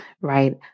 right